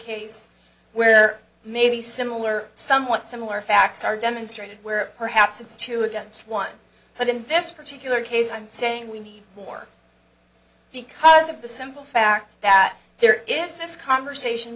case where maybe similar somewhat similar facts are demonstrated where perhaps it's two against one but in this particular case i'm saying we need more because of the simple fact that there is this conversation